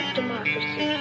democracy